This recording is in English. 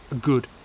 good